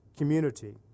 community